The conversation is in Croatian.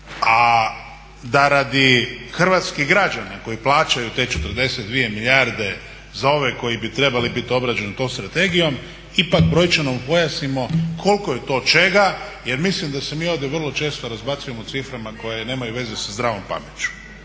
A da radi hrvatskih građana koji plaćaju te 42 milijarde za ove koji bi trebali biti obrađeni tom strategijom ipak brojčano mu pojasnimo koliko je to čega jer mislim da se mi ovdje vrlo često razbacujemo ciframa koje nemaju veze sa zdravom pameću.